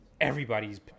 everybody's